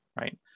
right